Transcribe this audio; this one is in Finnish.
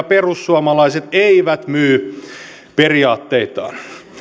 perussuomalaiset eivät myy periaatteitaan